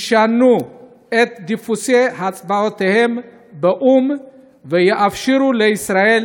ישנו את דפוסי הצבעותיהם באו"ם ויאפשרו לישראל